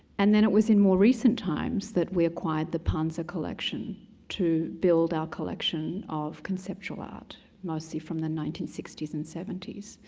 and then it was in more recent times that we acquired the panza collection to build our collection of conceptual art mostly from the nineteen sixty s and seventy s.